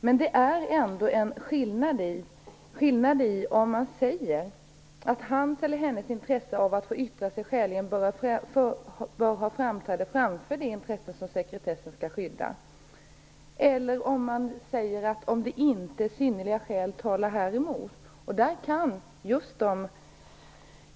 Men det är ändå skillnad mellan att säga "om hans eller hennes intresse av att få yttra sig skäligen bör ha företräde framför det intresse som sekretessen skall skydda" och att säga "om inte synnerliga skäl talar häremot".